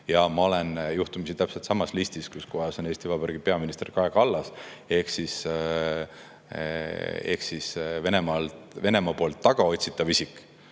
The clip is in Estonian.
ja ma olen juhtumisi täpselt samas listis, kus on Eesti Vabariigi peaminister Kaja Kallas, ehk Venemaa poolt tagaotsitav isik.